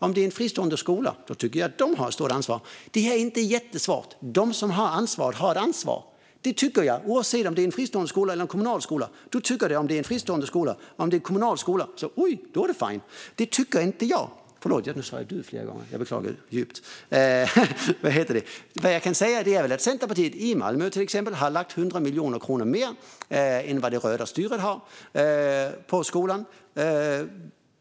Om det är en fristående skola tycker jag att den skolans huvudman har ett stort ansvar. Det här är inte jättesvårt. De som har ansvar har ansvar. Det tycker jag, oavsett om det är en fristående skola eller en kommunal skola. Du tycker så om det är en fristående skola, men om det är en kommunal skola är det fine. Det tycker inte jag. Förlåt, herr ålderspresident - nu sa jag "du" flera gånger. Det beklagar jag djupt. Centerpartiet i Malmö till exempel har lagt 100 miljoner kronor mer än vad det röda styret har på skolan.